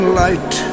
light